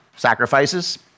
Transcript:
Sacrifices